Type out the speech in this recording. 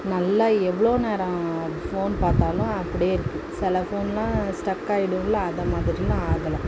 நல்லா எவ்வளோ நேரம் ஃபோன் பார்த்தாலும் அப்படே இருக்குது சில ஃபோனெலாம் ஸ்ட்ரக் ஆகிடும்ல அது மாதிரியெலாம் ஆகலை